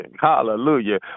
hallelujah